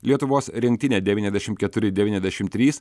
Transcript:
lietuvos rinktinė devyniasdešim keturi devyniasdešim trys